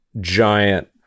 giant